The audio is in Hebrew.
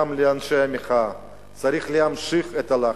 גם לאנשי המחאה: צריך להמשיך את הלחץ.